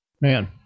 Man